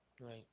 Right